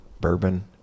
bourbon